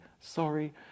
sorry